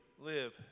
live